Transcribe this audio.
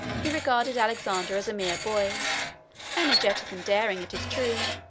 he regarded alexander as a mere boy energetic and daring it is true,